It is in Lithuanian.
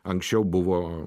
anksčiau buvo